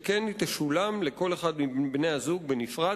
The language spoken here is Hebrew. שכן היא תשולם לכל אחד מבני-הזוג בנפרד,